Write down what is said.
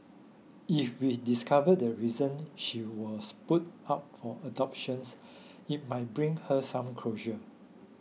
if we discover the reason she was put up for adoptions it might bring her some closure